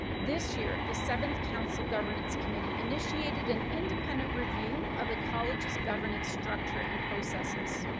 this year, the seventh council governance committee initiated an independent review of the college's governance structure and processes.